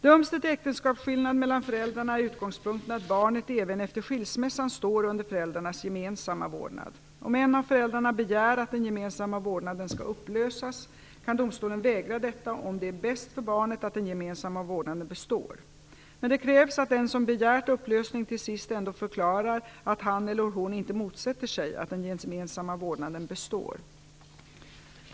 Döms det till äktenskapsskillnad mellan föräldrarna är utgångspunkten att barnet även efter skilsmässan står under föräldrarnas gemensamma vårdnad. Om en av föräldrarna begär att den gemensamma vårdnaden skall upplösas kan domstolen vägra detta om det är bäst för barnet att den gemensamma vårdnaden består. Men det krävs att den som begärt upplösning till sist ändå förklarar att han eller hon inte motsätter sig att den gemensamma vårdnaden består.